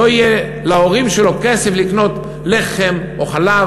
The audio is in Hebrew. לא יהיה להורים שלו כסף לקנות לחם או חלב.